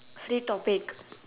free topic